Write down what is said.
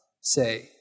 say